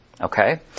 Okay